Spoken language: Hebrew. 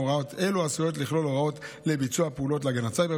הוראות אלו עשויות לכלול הוראות לביצוע פעולות להגנת סייבר